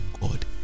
God